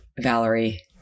Valerie